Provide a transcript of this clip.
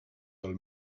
del